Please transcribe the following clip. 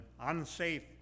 Unsafe